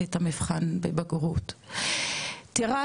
טירה,